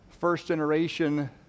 first-generation